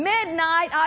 Midnight